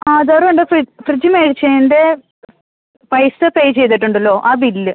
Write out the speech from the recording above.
ആധാറും ഉണ്ട് ഫ്രിഡ്ജ് മേടിച്ചതിൻറെ പൈസ പേ ചെയ്തിട്ടുണ്ടല്ലോ ആ ബിൽ